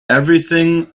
everything